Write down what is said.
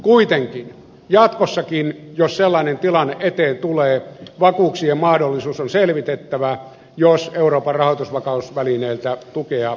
kuitenkin jatkossakin jos sellainen tilanne eteen tulee vakuuksien mahdollisuus on selvitettävä jos euroopan rahoitusvakausvälineeltä tukea haetaan